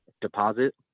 deposit